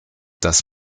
das